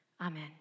Amen